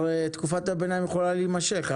הרי תקופת הביניים יכולה להימשך.